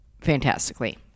fantastically